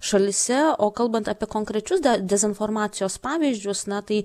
šalyse o kalbant apie konkrečius dezinformacijos pavyzdžius na tai